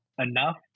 enough